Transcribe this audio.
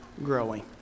growing